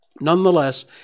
Nonetheless